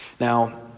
Now